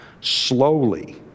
Slowly